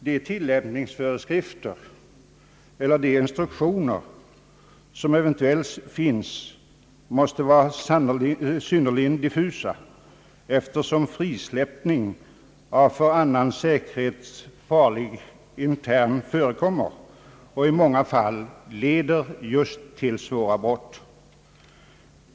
De tillämpningsföreskrifter eller instruktioner som eventuellt finns måste vara synnerligen diffusa, eftersom frisläppning av för annans säkerhet farlig intern förekommer och i många fall just leder till svåra brott.